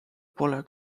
pole